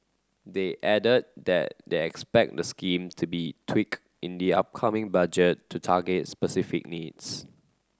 they added that they expect the scheme to be tweaked in the upcoming Budget to target specific needs